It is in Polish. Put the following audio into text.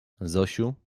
zosiu